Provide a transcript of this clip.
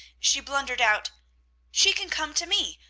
she blundered out she can come to me.